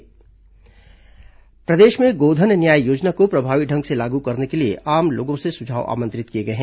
गोधन न्याय योजना प्रदेश में गोधन न्याय योजना को प्रभावी ढंग से लागू करने के लिए आम लोगों से सुझाव आमंत्रित किए गए हैं